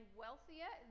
wealthier